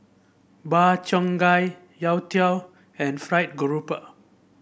bar cheong gai youtiao and Fried Garoupa